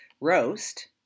roast